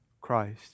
Christ